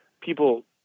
people